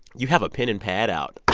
you have a pen and pad out.